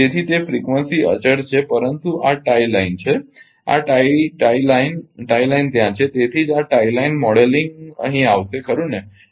તેથી તે ફ્રિકવન્સી અચળ છે પરંતુ આ ટાઇ લાઇન છે આ tie tie line tie line ત્યાં છે તેથી જ આ ટાઇ લાઇન મોડેલિંગ અહીં આવશે ખરુ ને